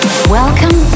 Welcome